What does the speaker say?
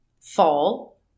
fall